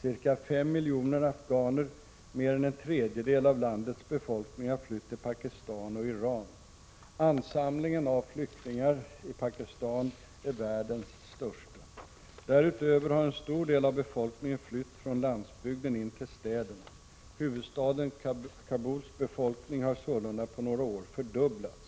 Cirka fem miljoner afghaner, mer än en tredjedel av landets befolkning, har flytt till Pakistan och Iran. Ansamlingen av flyktingar i Pakistan är världens största. Därutöver har en stor del av befolkningen flytt från landsbygden in till städerna. Huvudstaden Kabuls befolkning har sålunda på några år fördubblats.